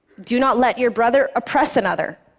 do not let your brother oppress another.